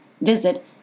Visit